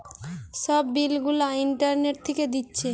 সব বিল গুলা ইন্টারনেট থিকে দিচ্ছে